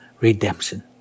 redemption